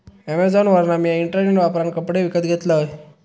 अॅमेझॉनवरना मिया इंटरनेट वापरान कपडे विकत घेतलंय